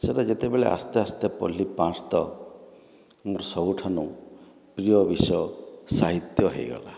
ସେଇଟା ଯେତେବେଳେ ଆସ୍ତେ ଆସ୍ତେ ପଢ଼ିଲି ମୋର ସବୁଠାରୁ ପ୍ରିୟ ବିଷୟ ସାହିତ୍ୟ ହୋଇଗଲା